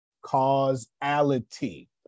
Causality